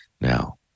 Now